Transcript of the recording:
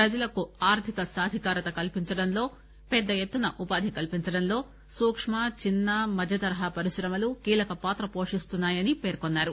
ప్రజలకు ఆర్థిక సాధికారత కల్పించడంలో పెద్దఎత్తున ఉపాధి కల్పించడంలో సూక్కు చిన్న మధ్య తరహా పరిశ్రమలు కీలకపాత్రను వోషిస్తున్నాయని ఆయన పేర్కొన్నారు